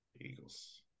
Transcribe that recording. Eagles